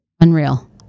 unreal